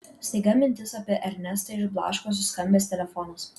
staiga mintis apie ernestą išblaško suskambęs telefonas